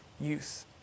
youth